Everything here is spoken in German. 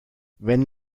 wenn